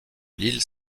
l’île